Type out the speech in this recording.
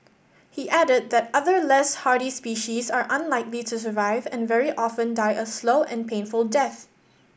he added that other less hardy species are unlikely to survive and very often die a slow and painful death